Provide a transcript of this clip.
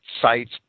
sites